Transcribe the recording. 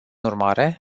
urmare